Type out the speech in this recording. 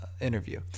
interview